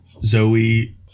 Zoe